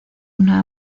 una